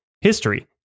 history